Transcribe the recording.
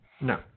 No